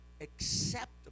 acceptable